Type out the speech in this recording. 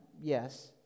yes